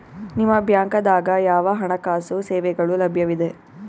ನಿಮ ಬ್ಯಾಂಕ ದಾಗ ಯಾವ ಹಣಕಾಸು ಸೇವೆಗಳು ಲಭ್ಯವಿದೆ?